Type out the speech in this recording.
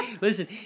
Listen